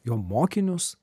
jo mokinius